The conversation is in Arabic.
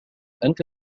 أنت